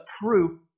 proof